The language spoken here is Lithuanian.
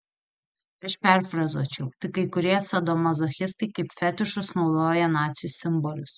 aš perfrazuočiau tik kai kurie sadomazochistai kaip fetišus naudoja nacių simbolius